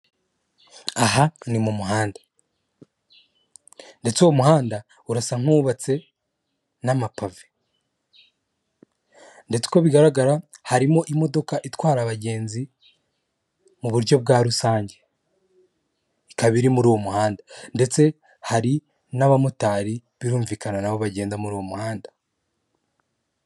Aha ni mu muhanda ndetse uwo muhanda urasa nk'iwubatse n'amapave ndetse uko bigaragara harimo imodoka itwara abagenzi mu buryo bwa rusange ikaba iri muri uwo muhanda. Ndetse hari n'abamotari birumvikana nabo bagenda muri uwo muhanda.